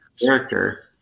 character